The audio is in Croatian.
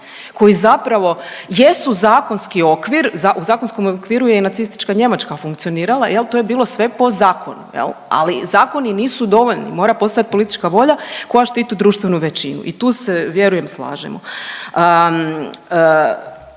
koji zapravo jesu zakonski okvir. U zakonskom okviru je i nacistička Njemačka funkcionirala, jel' to je bilo sve po zakonu. Ali zakoni nisu dovoljni, mora postojat politička volja koja štiti društvenu većinu i tu se vjerujem slažemo.